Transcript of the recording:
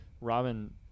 Robin